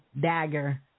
dagger